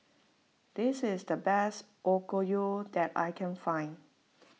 this is the best Okayu that I can find